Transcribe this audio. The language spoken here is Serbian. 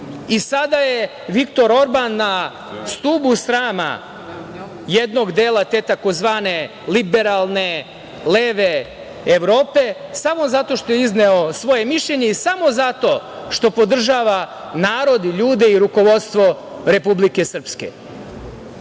je Viktor Orban na stubu srama jednog dela te tzv. liberalne leve Evrope samo zato što je izneo svoje mišljenje i samo zato što podržava narod i ljude i rukovodstvo Republike Srpske